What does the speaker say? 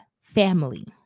family